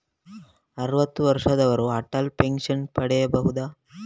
ಅರುವತ್ತು ವರ್ಷದವರು ಅಟಲ್ ಪೆನ್ಷನ್ ಪಡೆಯಬಹುದ?